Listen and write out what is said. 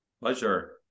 Pleasure